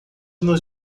nos